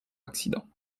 accident